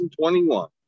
2021